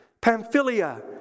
Pamphylia